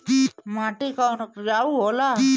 माटी कौन उपजाऊ होला?